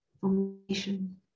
formation